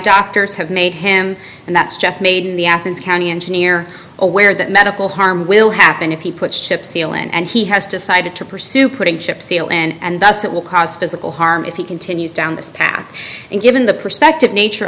doctors have made him and that's just made the athens county engineer aware that medical harm will happen if he puts ships sailing and he has decided to pursue putting ships sail and thus that will cause physical harm if he continues down this path and given the perspective nature